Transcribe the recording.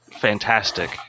fantastic